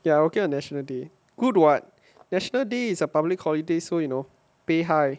ya I'm working on national day good [what] national day is a public holiday so you know pay high